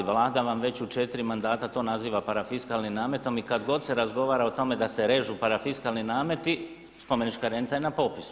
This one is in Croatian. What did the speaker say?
Vlada vam već u četiri mandata to naziva parafiskalnim nametom i kad god se razgovara o tome da se režu parafiskalni nameti spomenička renta je na popisu.